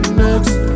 next